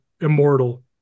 immortal